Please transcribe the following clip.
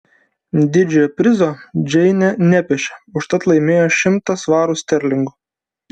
didžiojo prizo džeinė nepešė užtat laimėjo šimtą svarų sterlingų